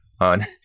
on